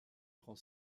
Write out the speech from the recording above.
prend